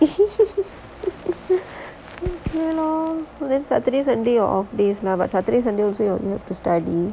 okay lor then saturday sunday off days lah but saturday sunday also you have to study